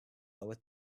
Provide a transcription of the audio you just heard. lower